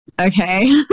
okay